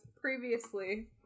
previously